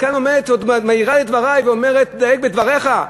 את כאן עומדת ועוד מעירה על דברי ואומרת: דייק בדבריך?